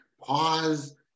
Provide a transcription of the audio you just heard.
Pause